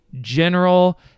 general